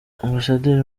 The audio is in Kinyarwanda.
ambasaderi